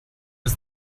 was